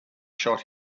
shot